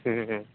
ହୁଁ ହୁଁ